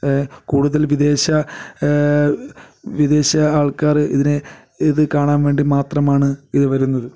കൂടുതൽ വിദേശ വിദേശ ആൾക്കാർ ഇതിനെ ഇത് കാണാൻ വേണ്ടി മാത്രമാണ് ഈ വരുന്നത്